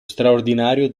straordinario